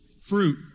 Fruit